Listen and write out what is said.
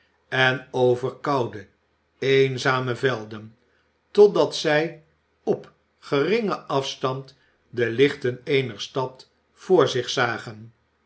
en over koude eenzame vel den totdat zij op geringen afstand de lichten eener stad voor zich zagen